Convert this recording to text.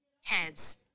Heads